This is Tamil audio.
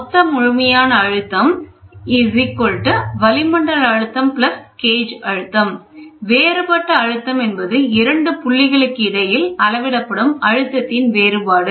மொத்த முழுமையான அழுத்தம் வளிமண்டல அழுத்தம் கேஜ் அழுத்தம் வேறுபட்ட அழுத்தம் என்பது இரண்டு புள்ளிகளுக்கு இடையில் அளவிடப்படும் அழுத்தத்தின் வேறுபாடு